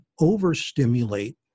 overstimulate